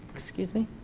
excuse me